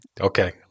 Okay